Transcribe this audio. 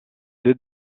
deux